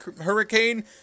Hurricane